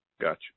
Gotcha